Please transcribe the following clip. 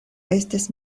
estis